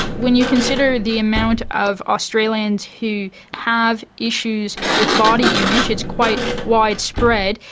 when you consider the amount of australians who have issues with body image, it's quite widespread,